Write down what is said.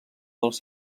dels